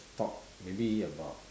talk maybe about